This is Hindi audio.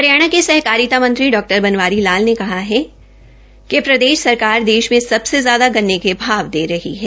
हरियाणा के सहकारिता मंत्री बनवारी लाल ने कहा है कि प्रदेश सरकार देश में सबसे ज्यादा गन्ने का भाव दे रही है